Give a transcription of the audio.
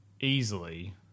easily